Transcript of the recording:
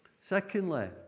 Secondly